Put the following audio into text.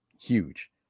huge